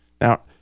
Now